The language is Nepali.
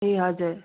ए हजुर